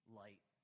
light